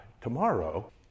tomorrow